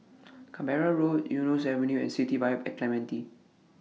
Canberra Road Eunos Avenue and City Vibe At Clementi